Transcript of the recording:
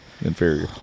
Inferior